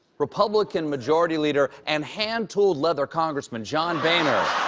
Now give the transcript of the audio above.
republican majority leader and hand-tooled leather congressman, john boehner,